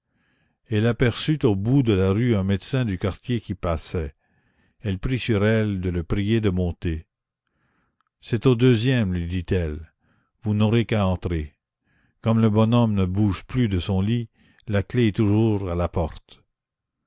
elle aperçut au bout de la rue un médecin du quartier qui passait elle prit sur elle de le prier de monter c'est au deuxième lui dit-elle vous n'aurez qu'à entrer comme le bonhomme ne bouge plus de son lit la clef est toujours à la porte